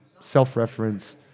self-reference